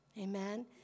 Amen